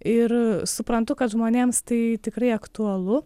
ir suprantu kad žmonėms tai tikrai aktualu